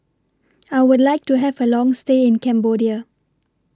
I Would like to Have A Long stay in Cambodia